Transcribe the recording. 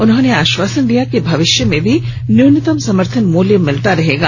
उन्होंने आश्वासन दिया कि भविष्य में भी न्यूनतम समर्थन मूल्य मिलता रहेगा